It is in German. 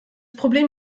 problem